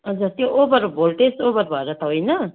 हजुर त्यो over voltage over भएर त होइन